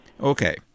Okay